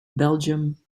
belgium